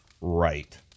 right